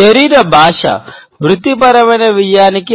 ప్రియమైన పాల్గొనేవారికి